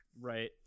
Right